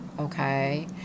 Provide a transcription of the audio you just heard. Okay